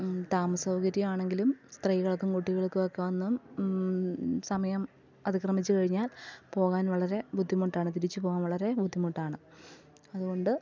താമസസൗകര്യം ആണെങ്കിലും സ്ത്രീകൾക്കും കുട്ടികൾക്കുമൊക്കെ വന്നും സമയം അതിക്രമിച്ചു കഴിഞ്ഞാൽ പോകാൻ വളരെ ബുദ്ധിമുട്ടാണ് തിരിച്ചുപോകാൻ വളരെ ബുദ്ധിമുട്ടാണ് അതുകൊണ്ട്